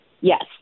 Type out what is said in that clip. yes